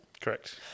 Correct